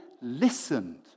listened